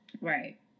Right